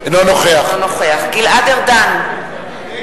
אינו נוכח גלעד ארדן,